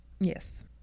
Yes